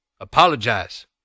apologize